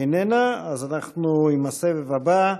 אינה נוכחת, אז אנחנו עם הסבב הבא: